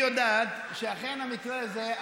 היא יודעת שאכן המקרה הזה,